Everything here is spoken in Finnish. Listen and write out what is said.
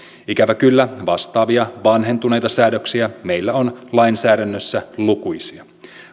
ikävä kyllä vastaavia vanhentuneita säädöksiä meillä on lainsäädännössä lukuisia